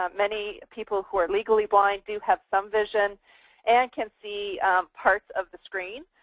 um many people who are legally blind do have some vision and can see parts of the screen.